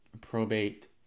probate